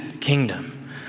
kingdom